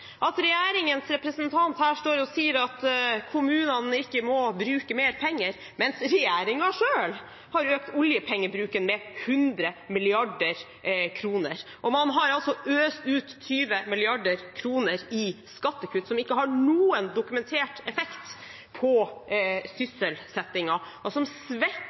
at regjeringens representant står her og sier at kommunene ikke må bruke mer penger, mens regjeringen selv har økt oljepengebruken med 100 mrd. kr. Man har altså øst ut 20 mrd. kr i skattekutt, noe som ikke har noen dokumentert effekt på sysselsettingen, og som svekker